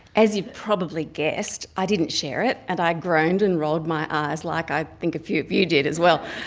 as you've probably guessed, i didn't share it. and i groaned and rolled my eyes, like i think a few of you did as well.